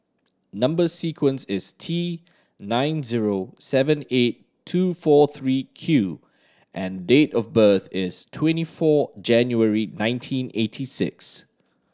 number sequence is T nine zero seven eight two four three Q and date of birth is twenty four January nineteen eighty six